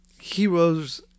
heroes